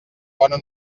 bona